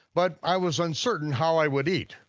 but i was uncertain how i would eat.